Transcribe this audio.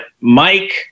Mike